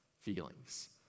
feelings